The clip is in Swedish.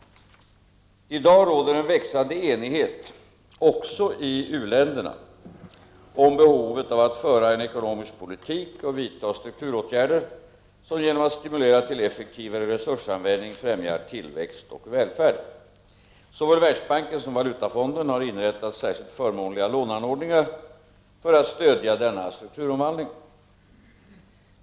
I dag råder en växande enighet — också i u-länderna — om behovet av att föra en ekonomisk politik och vidta strukturåtgärder, som genom att stimulera till effektivare resursanvändning främjar tillväxt och välfärd. Såväl Världsbanken som Valutafonden har inrättat särskilt förmånliga låneordningar för att stödja denna strukturomvandling.